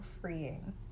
freeing